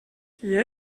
qui